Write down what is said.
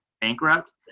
bankrupt